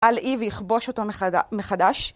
על אי ולכבוש אותו מחד.. מחדש.